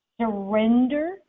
Surrender